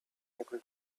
able